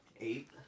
Eight